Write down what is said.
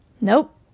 Nope